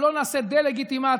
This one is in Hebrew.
שלא נעשה דה-לגיטימציה.